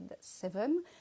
seven